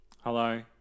Hello